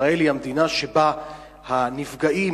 ישראל היא המדינה שבה אחוז הנפגעים